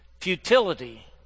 Futility